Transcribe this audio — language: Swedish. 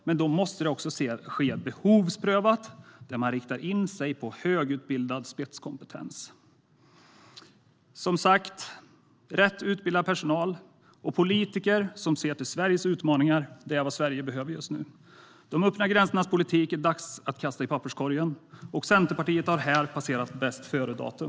Men då måste det ske behovsprövat där man riktar in sig på högutbildad spetskompetens. Rätt utbildad personal samt politiker som ser till Sveriges utmaningar är vad Sverige behöver just nu. Det är dags att kasta de öppna gränsernas politik i papperskorgen, och Centerpartiet har här passerat bästföredatum.